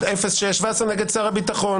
8397/06, ווסר נגד שר הביטחון.